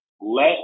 let